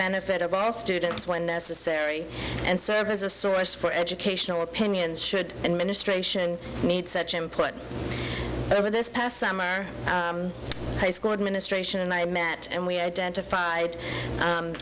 benefit of all students when necessary and serve as a source for educational opinions should ministration made such important over this past summer high school administration and i met and we identified